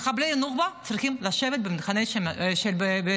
מחבלי נוח'בה צריכים לשבת במחנה של שב"ס,